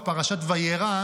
פרשת וירא,